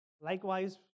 Likewise